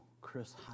Chris